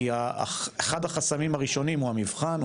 כי אחד החסמים הראשונים הוא המבחן,